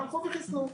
והלכו וחיסנו.